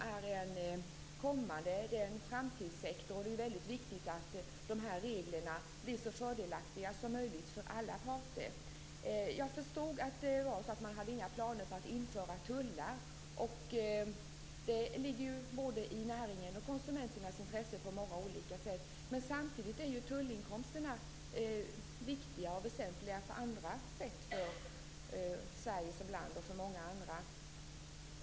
Det är en framtidssektor, och det är mycket viktigt att reglerna blir så fördelaktiga som möjligt för alla parter. Jag förstod att man inte har några planer på att införa tullar. Det ligger ju både i näringens och konsumenternas intresse på många olika sätt. Men samtidigt är ju tullinkomsterna viktiga och väsentliga på andra sätt för Sverige som land.